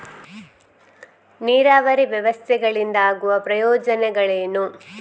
ನೀರಾವರಿ ವ್ಯವಸ್ಥೆಗಳಿಂದ ಆಗುವ ಪ್ರಯೋಜನಗಳೇನು?